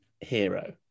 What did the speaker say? hero